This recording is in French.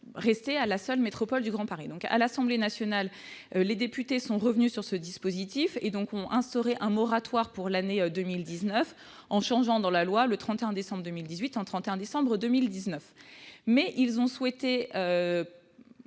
rester à la seule métropole du Grand Paris. À l'Assemblée nationale, les députés sont revenus sur ce dispositif et ont instauré un moratoire pour l'année 2019, en changeant dans la loi le « 31 décembre 2018 » en « 31 décembre 2019 ». Mais ils ont souhaité